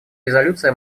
резолюция